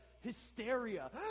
hysteria